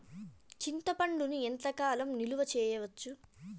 చింతపండును ఎంత కాలం నిలువ చేయవచ్చు?